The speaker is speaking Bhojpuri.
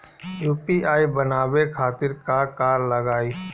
यू.पी.आई बनावे खातिर का का लगाई?